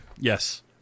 Yes